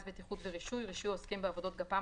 (בטיחות ורישוי) (רישוי העוסקים בעבודות גפ"מ),